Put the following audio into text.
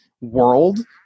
world